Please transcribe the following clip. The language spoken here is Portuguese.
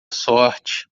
sorte